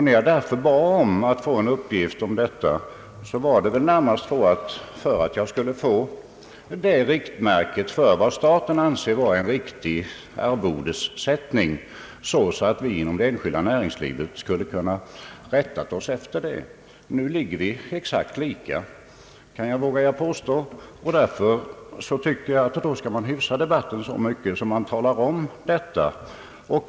När jag därför bad om dessa uppgifter var det närmast för att få ett riktmärke för vad staten anser vara en korrekt arvodessättning, så att vi inom det enskilda näringslivet skulle kunna rätta oss efter det. Nu ligger vi också exakt lika, vågar jag påstå. Jag anser att man skall hyfsa debatten så mycket att man lämnar sådana upplysningar.